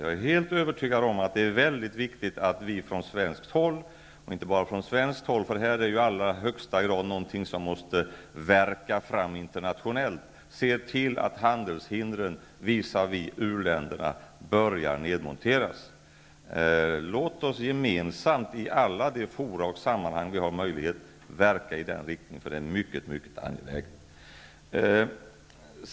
Jag är helt övertygad om att det är mycket viktigt att vi från svenskt håll -- och inte bara från svenskt håll, utan detta är ju något som i allra högsta grad måste arbetas fram internationellt -- ser till att handelshindren visavi u-länderna börjar nedmonteras. Låt oss gemensamt i alla de fora och sammanhang där det är möjligt verka i den riktningen. Det är mycket mycket angeläget.